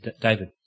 David